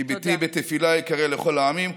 "כי ביתי בית תפלה יקרא לכל העמים".